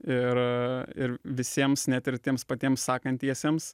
ir ir visiems net ir tiems patiems sakantiesiems